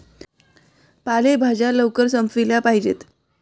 पालेभाज्या लवकर संपविल्या पाहिजेत